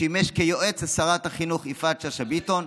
שימש כיועץ שרת החינוך יפעת שאשא ביטון,